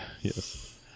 Yes